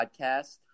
podcast